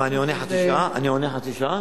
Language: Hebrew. מה, אני עונה חצי שעה?